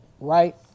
Right